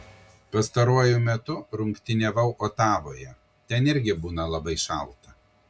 pastaruoju metu rungtyniavau otavoje ten irgi būna labai šalta